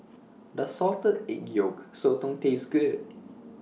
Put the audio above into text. Does Salted Egg Yolk Sotong Taste Good